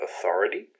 authority